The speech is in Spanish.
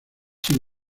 sin